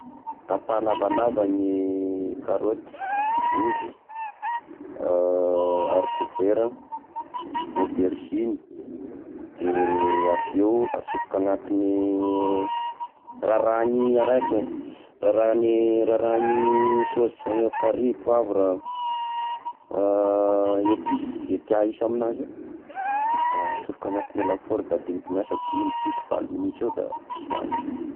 Tapa lavalava ny karoty, ovy harikôvera, aubergine, de avy eo asofoka agnaty ny rarahigny araky mo eh rarahigny rarahigny sôsy izao kary, poavra, episy, zay tià hisy amignazy io, da asofoka agnaty ny lafôro da dignidigniasa dimy fito valo minitry eo da soahigny.